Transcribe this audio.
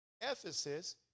Ephesus